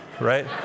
right